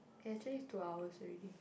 eh actually it's two hours already